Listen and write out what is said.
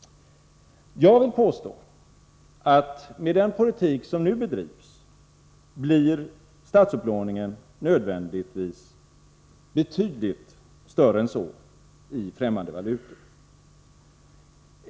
Jag vill påstå att med den politik som nu bedrivs blir statsupplåningen nödvändigtvis betydligt större än så i fträmmande valutor.